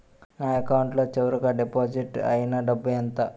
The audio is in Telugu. నా అకౌంట్ లో చివరిగా డిపాజిట్ ఐనా డబ్బు ఎంత?